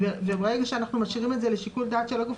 וברגע שאנחנו משאירים את זה לשיקול דעת של הגוף